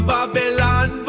Babylon